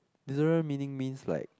literal meaning means like